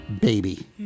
Baby